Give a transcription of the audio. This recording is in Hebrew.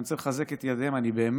אני רוצה לחזק את ידיהם, אני באמת